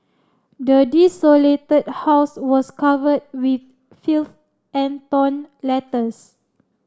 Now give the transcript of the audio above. the desolated house was covered with filth and torn letters